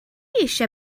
eisiau